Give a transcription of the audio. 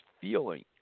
feeling